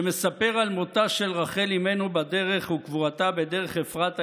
שמספר על מותה של רחל אמנו בדרך וקבורתה בדרך אפרתה,